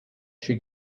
she